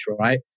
right